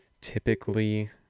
typically